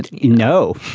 you know,